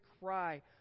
cry